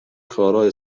کارای